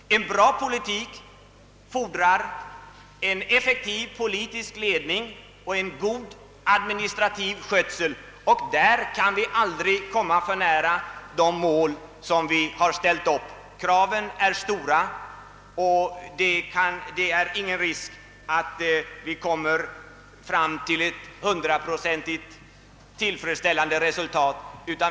En god politik kräver en effektiv politisk ledning och en god administrativ skötsel. Därvidlag kan vi aldrig komma för nära det mål som vi har ställt upp. Kraven är stora, och det är ingen risk att vi får ett hundraprocentigt tillfredsställande resultat.